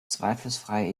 zweifelsfrei